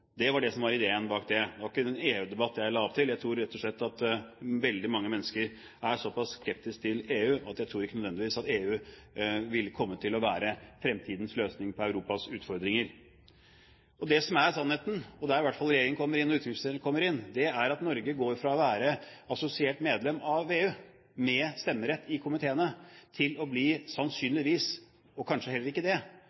Det var det som var ideen bak det. Det var ikke en EU-debatt jeg la opp til. Jeg tror rett og slett at veldig mange mennesker er såpass skeptiske til EU at jeg tror ikke nødvendigvis at EU vil komme til å være fremtidens løsning på Europas utfordringer. Det som er sannheten, og det er her i hvert fall regjeringen kommer inn, og utenriksministeren kommer inn, er at Norge går fra å være assosiert medlem av VEU med stemmerett i komiteene til sannsynligvis å